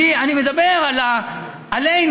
אני מדבר עלינו.